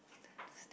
I don't want to stay